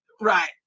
Right